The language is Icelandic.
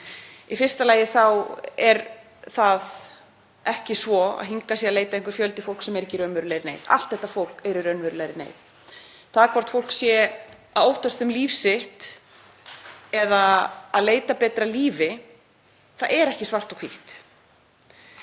Í fyrsta lagi er það ekki svo að hingað leiti einhver fjöldi fólks sem er ekki í raunverulegri neyð. Allt þetta fólk er í raunverulegri neyð. Það hvort fólk óttist um líf sitt eða sé að leita að betra lífi er ekki svart og hvítt.